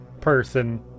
person